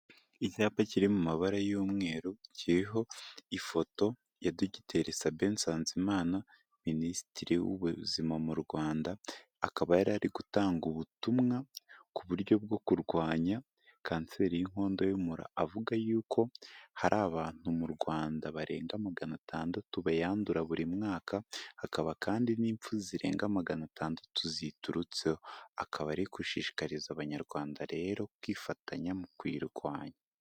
Icyapa kiri mu mabara y'umweru, kiriho ifoto ya Dr Sabin Nsanzimana, Minisitiri w'ubuzima mu Rwanda, akaba yarari gutanga ubutumwa ku buryo bwo kurwanya kanseri y'inkondo y'umura, avuga y'uko hari abantu mu Rwanda barenga magana atandatu bayandura buri mwaka, hakaba kandi n'impfu zirenga magana atandatu ziyiturutseho. Akaba ari gushishikariza abanyarwanda rero kwifatanya mu kuyirurwanya.